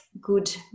good